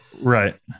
Right